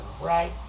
right